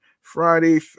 Friday